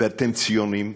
ואתם ציונים,